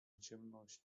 ciemności